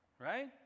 Right